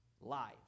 life